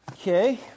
Okay